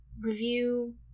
review